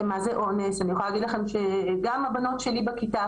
אני יכולה להגיד לכם שגם הבנות שלי בכיתה,